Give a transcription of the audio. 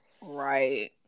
Right